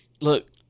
look